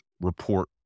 report